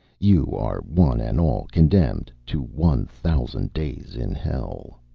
you are one and all condemned to one thousand days in hell.